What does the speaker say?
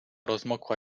rozmokła